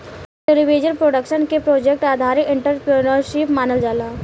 television production के project आधारित entrepreneurship मानल जाला